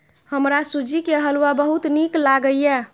हमरा सूजी के हलुआ बहुत नीक लागैए